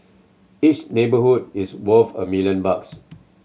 each neighbourhood is worth a million bucks